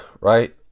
Right